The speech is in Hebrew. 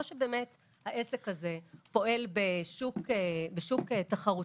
או שהעסק הזה פועל בשוק תחרותי,